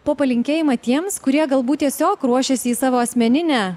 po palinkėjimą tiems kurie galbūt tiesiog ruošiasi į savo asmeninę